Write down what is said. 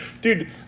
Dude